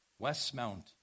Westmount